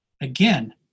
again